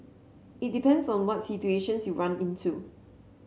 it depends on what situations you run into